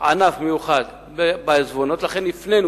ענף מיוחד בעיזבונות, ולכן הפנינו.